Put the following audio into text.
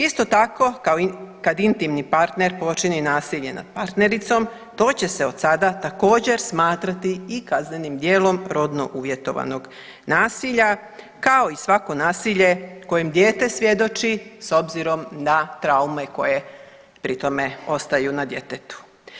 Isto tako, kad intimni partner počini nasilje nad partnericom, to će se od sada također, smatrati i kaznenim djelom rodno uvjetovanog nasilja kao i svako nasilje kojem dijete svjedoči s obzirom na traume koje pri tome ostaju na djetetu.